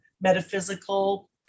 metaphysical